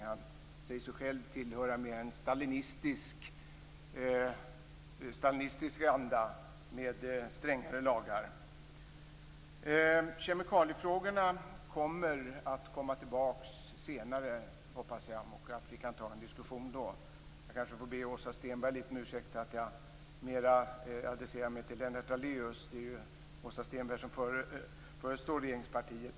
Han säger sig själv tillhöra en mer stalinistisk anda, med strängare lagar. Kemikaliefrågorna kommer tillbaka senare hoppas jag, så att vi kan ta upp en diskussion då. Jag kanske får be Åsa Stenberg om ursäkt för att jag adresserar mig mer till Lennart Daléus. Det är Åsa Stenberg som företräder regeringspartiet.